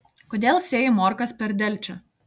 kodėl sėjai morkas per delčią